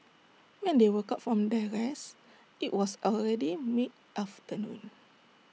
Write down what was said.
when they woke up from their rest IT was already mid afternoon